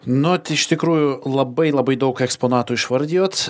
nu iš tikrųjų labai labai daug eksponatų išvardijot